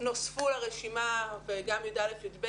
נוספו לרשימה וגם כיתות י"א ו-י"ב.